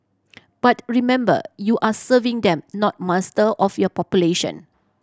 but remember you are serving them not master of your population